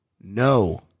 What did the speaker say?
No